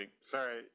Sorry